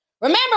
Remember